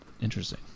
Interesting